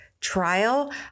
trial